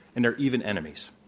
and they're even enemies.